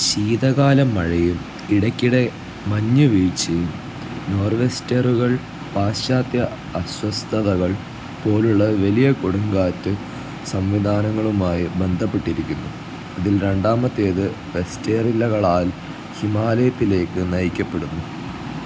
ശീതകാല മഴയും ഇടയ്ക്കിടെ മഞ്ഞുവീഴ്ചയും നോർ വെസ്റ്ററുകൾ പാശ്ചാത്യ അസ്വസ്ഥതകൾ പോലുള്ള വലിയ കൊടുങ്കാറ്റ് സംവിധാനങ്ങളുമായി ബന്ധപ്പെട്ടിരിക്കുന്നു ഇതിൽ രണ്ടാമത്തേത് വെസ്റ്റെർലികളാൽ ഹിമാലയത്തിലേക്ക് നയിക്കപ്പെടുന്നു